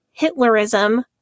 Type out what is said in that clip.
Hitlerism